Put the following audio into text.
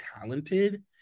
talented